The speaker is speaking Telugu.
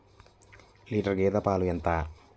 లీటర్ గేదె పాలు ఎంత?